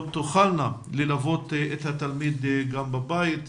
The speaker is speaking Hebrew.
תוכלנה ללוות את התלמידים האלה גם בבית.